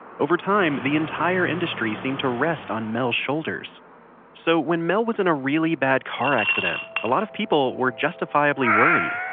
over time, the entire industry seemed to rest on mel's shoulders so when mel was in a really bad car accident, a lot of people were justifiably worried.